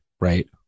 right